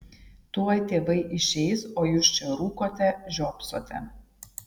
tuoj tėvai išeis o jūs čia rūkote žiopsote